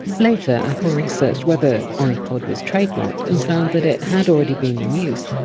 later, apple researched whether! ipod! was trademarked and found that it had already been in use,